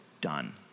done